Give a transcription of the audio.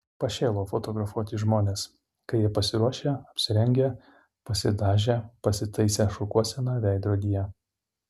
pašėlau fotografuoti žmones kai jie pasiruošę apsirengę pasidažę pasitaisę šukuoseną veidrodyje